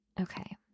Okay